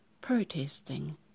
protesting